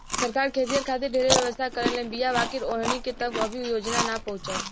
सरकार खेतिहर खातिर ढेरे व्यवस्था करले बीया बाकिर ओहनि तक अभी योजना ना पहुचल